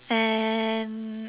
and